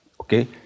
Okay